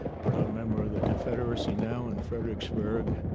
proud member of the confederacy now in fredericksburg.